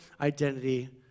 identity